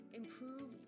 improve